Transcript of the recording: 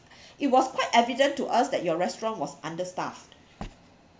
it was quite evident to us that your restaurant was understaffed